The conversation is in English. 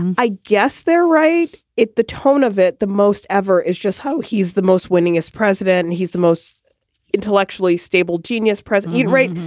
i guess they're right. it the tone of it the most ever is just how he's the most winning us president and he's the most intellectually stable genius president. right.